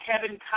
Kevin